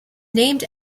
named